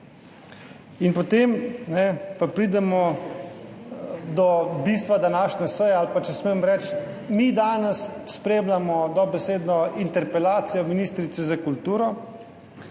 Potem pa pridemo do bistva današnje seje ali pa, če smem reči, mi danes spremljamo dobesedno interpelacijo ministrice za kulturo,